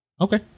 Okay